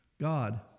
God